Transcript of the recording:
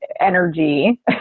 energy